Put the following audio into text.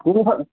কোনখন